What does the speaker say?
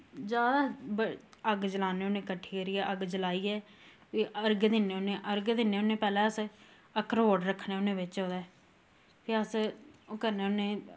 जादा अग्ग जलाने होन्ने कट्ठी करियै अग्ग जलाईयै फ्ही अर्घ दिन्ने होन्ने अर्ग दिन्ने होने पैह्लैं अस अखरोट रक्खने होन्ने बिच्च ओह्दै फ्ही अस ओह् करने होन्ने